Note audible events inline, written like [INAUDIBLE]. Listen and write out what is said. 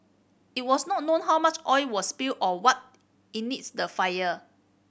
it was not known how much oil was spilled or what [UNINTELLIGIBLE] the fire